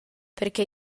perché